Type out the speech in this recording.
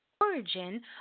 origin